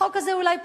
החוק הזה אולי פחות,